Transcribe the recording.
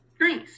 Nice